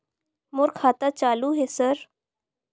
मोर खाता चालु हे सर?